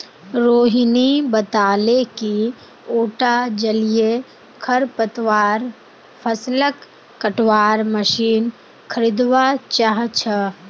रोहिणी बताले कि उटा जलीय खरपतवार फ़सलक कटवार मशीन खरीदवा चाह छ